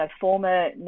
former